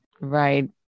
Right